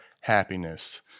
happiness